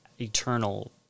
eternal